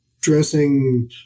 dressing